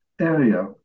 area